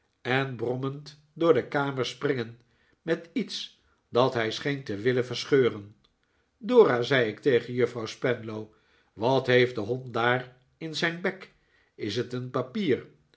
en brommend door de kamer springen met iets dat hij scheen te willen verscheuren dora zei ik tegen juffrouw spenlow wat heeft de hond daar in zijn bek is het een papier